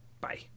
Bye